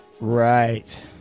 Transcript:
Right